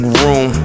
room